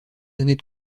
années